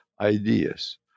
ideas